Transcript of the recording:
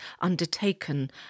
undertaken